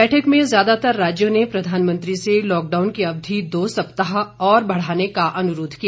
बैठक में ज्यादातर राज्यों ने प्रधानमंत्री से लॉकडाउन की अवधि दो सप्ताह और बढ़ाने का अनुरोध किया